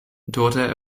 daughter